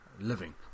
living